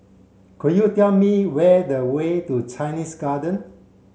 could you tell me where the way to Chinese Garden